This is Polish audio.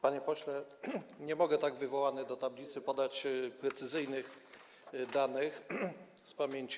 Panie pośle, nie mogę, tak wywołany do tablicy, podać precyzyjnych danych z pamięci.